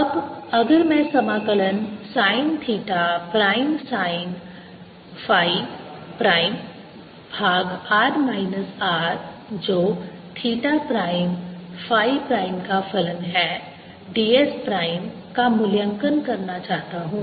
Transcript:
अब अगर मैं समाकलन sin theta prime sine phi prime भाग r माइनस R जो थीटा प्राइम फ़ाई प्राइम का फलन है ds प्राइम का मूल्यांकन करना चाहता हूं